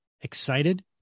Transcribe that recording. excited